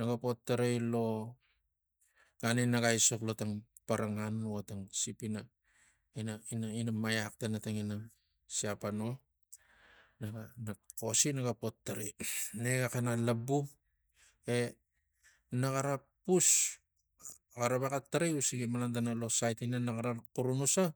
naga po tarai lo gan ina naga aisok lo tang parangan vo tang sip ina- ina- ina maiax tana ta ngian siapan o naga nak xosi na po tarai ne ga pana labu e naxar pus a xara vexa tarai usigi malan tana lo sait naxara lo xurunusa